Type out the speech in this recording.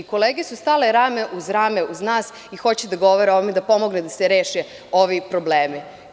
Kolege su stale rame uz rame uz nas i hoće da govore o ovome, da pomognu da se reše ovi problemi.